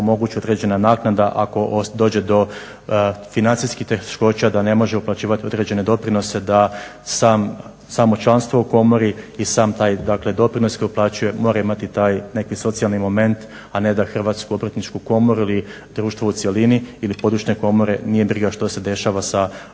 omogući određena naknada, ako dođe do financijskih teškoća da ne može uplaćivat određene doprinose da samo članstvo u komori i sam taj dakle doprinos koji uplaćuje mora imati taj neki socijalni moment, a ne da Hrvatsku obrtničku komoru ili društvo u cjelini ili područne komore nije briga što se dešava sa obrtnikom